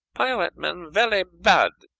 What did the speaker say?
pirate men velly bad,